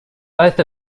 both